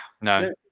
No